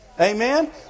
Amen